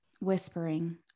whispering